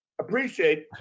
appreciate